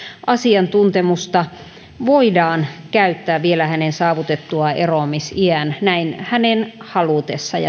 asiantuntemusta voidaan käyttää vielä hänen saavutettuaan eroamisiän näin hänen halutessaan